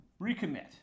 recommit